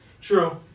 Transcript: True